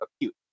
acute